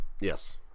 Yes